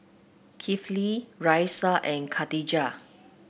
Kifli Raisya and Khatijah